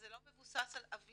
זה לא מבוסס על אוירה,